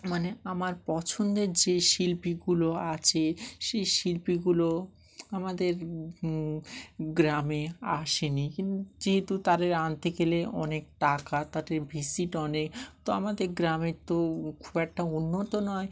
মানে আমার পছন্দের যে শিল্পীগুলো আছে সেই শিল্পীগুলো আমাদের গ্রামে আসেনি কিন্তু যেহেতু তাদের আনতে গেলে অনেক টাকা তাদের ভিজিট অনেক তো আমাদের গ্রামের তো খুব একটা উন্নত নয়